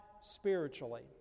spiritually